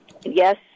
Yes